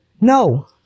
No